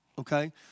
okay